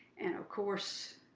and, of course,